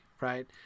right